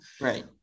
Right